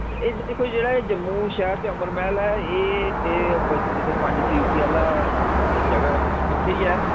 ते एह् दिक्खो जेह्ड़ा ए जम्मू शैह्र च अमर मैह्ल ऐ ए एह् बस जित्थे पंजतीर्थी आह्ला जगह इत्थे ही ऐ